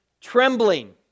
trembling